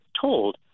told